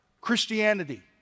Christianity